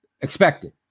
expected